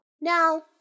Now